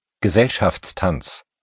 Gesellschaftstanz